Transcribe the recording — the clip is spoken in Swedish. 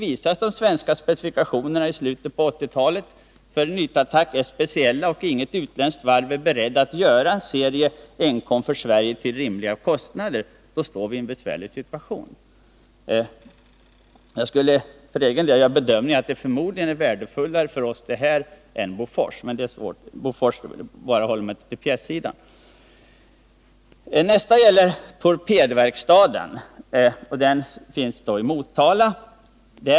Visar det sig i slutet av 1980-talet att de svenska specifikationerna för ytattackfartyg är speciella och att inget utländskt varv är berett att till rimliga kostnader göra en serie enkom för Sverige, då står vi i en besvärlig situation. För egen del gör jag den bedömningen att det förmodligen är värdefullare för oss att behålla Karlskronavarvet än Bofors, om jag bara håller mig till pjässidan. Nästa fråga gäller torpedverkstaden, som finns i Motala.